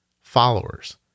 followers